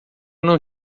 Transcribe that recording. não